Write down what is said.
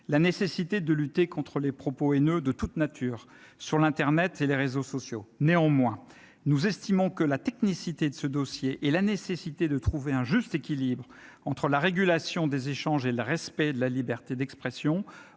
la nécessité de lutter contre les propos haineux de toute nature sur internet et les réseaux sociaux. Néanmoins, nous estimons que la technicité de ce dossier, tout comme la nécessité de trouver un juste équilibre entre la régulation des échanges et le respect de la liberté d'expression,